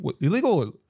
Illegal